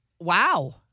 Wow